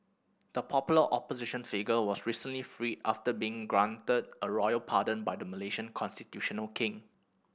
the popular opposition figure was recently freed after being granted a royal pardon by the Malaysian constitutional king